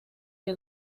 que